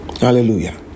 hallelujah